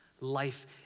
Life